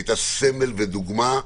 הייתה סמל ודוגמה.